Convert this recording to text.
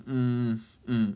mm mm